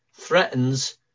threatens